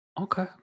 Okay